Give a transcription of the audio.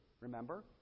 remember